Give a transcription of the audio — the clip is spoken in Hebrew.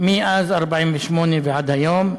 מאז 1948 ועד היום,